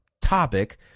topic